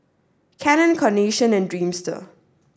Canon Carnation and Dreamster